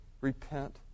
repent